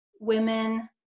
women